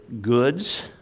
goods